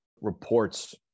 reports